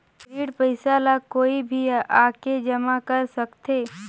ऋण पईसा ला कोई भी आके जमा कर सकथे?